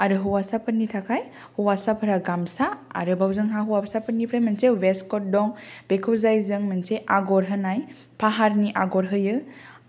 आरो हौवासाफोरनि थाखाय हौवासाफोरा गामसा आरोबाव जोंहा हौवाफासाफोरनिफ्राय मोनसे वेस क'ट दं बेखौ जायजों मोनसे आगर होनाय फाहारनि आगर होयो